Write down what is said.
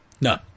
No